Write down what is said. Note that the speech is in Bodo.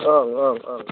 ओं ओं ओं